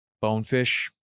bonefish